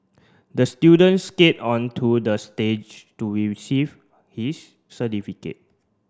the student skate onto the stage to receive his certificate